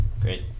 great